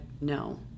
no